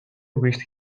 wished